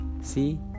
see